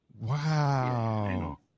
Wow